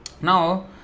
Now